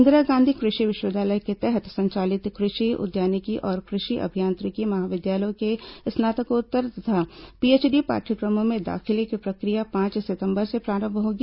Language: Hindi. इंदिरा गांधी कृषि विश्वविद्यालय के तहत संचालित कृषि उद्यानिकी और कृषि अभियांत्रिकी महाविद्यालयों के स्नातकोत्तर तथा पीएचडी पाठ्यक्रमों में दाखिले की प्रक्रिया पांच सितंबर से प्रारंभ होगी